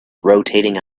rotating